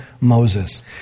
Moses